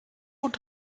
und